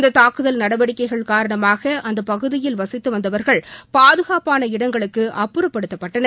இந்த தாக்குதல் நடவடிக்கைகள் காரணமாக அந்த பகுதியில் வசித்து வந்தவா்கள் பாதுகாப்பான இடங்களுக்கு அப்புறப்படுத்தப்பட்டனர்